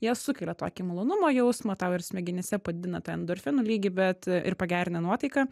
jie sukelia tokį malonumo jausmą tau ir smegenyse padidina tą endorfinų lygį bet ir pagerina nuotaiką